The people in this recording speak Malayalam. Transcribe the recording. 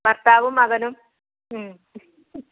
ഭർത്താവും മകനും